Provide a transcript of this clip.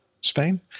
Spain